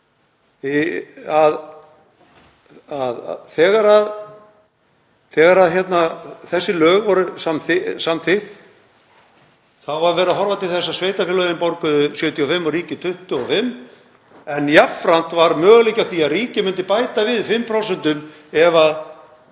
þegar þessi lög voru samþykkt var horft til þess að sveitarfélögin borguðu 75 og ríkið 25 en jafnframt var möguleiki á því að ríkið myndi bæta við 5% ef